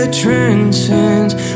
transcends